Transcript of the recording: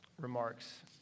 remarks